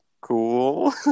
cool